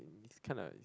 it's kinda